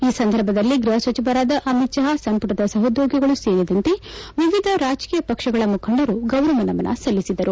ಈ ಸಂದರ್ಭದಲ್ಲಿ ಗೃಹ ಸಚಿವರಾದ ಅಮಿತ್ ಷಾ ಸಂಪುಟದ ಸಹೋದ್ಯೋಗಿಗಳು ಸೇರಿದಂತೆ ವಿವಿಧ ರಾಜಕೀಯ ಪಕ್ಷಗಳ ಮುಖಂಡರು ಗೌರವ ನಮನ ಸಲ್ಲಿಸಿದರು